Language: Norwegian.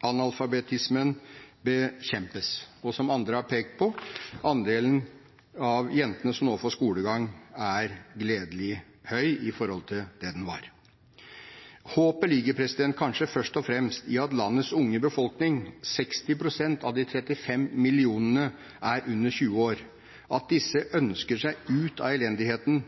Analfabetismen bekjempes. Og, som andre har pekt på, andelen jenter som nå får skolegang, er gledelig høy i forhold til det den var. Håpet ligger kanskje først og fremst i at landets unge befolkning – 60 pst. av de 35 millionene er under 20 år – ønsker seg ut av elendigheten,